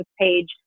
page